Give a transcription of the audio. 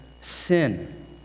sin